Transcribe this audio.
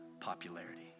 popularity